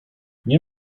nie